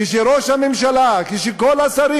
כשראש הממשלה, כל השרים,